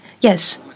Yes